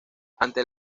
ante